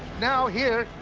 now, here,